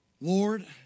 Lord